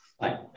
Hi